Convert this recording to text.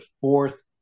fourth